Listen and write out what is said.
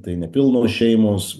tai nepilnos šeimos